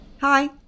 Hi